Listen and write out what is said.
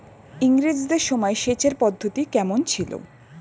ইঙরেজদের সময় সেচের পদ্ধতি কমন ছিল?